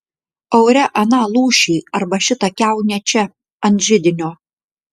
aure aną lūšį arba šitą kiaunę čia ant židinio